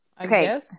okay